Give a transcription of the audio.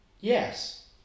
Yes